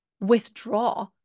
withdraw